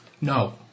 No